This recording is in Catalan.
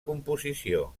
composició